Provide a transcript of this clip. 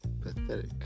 Pathetic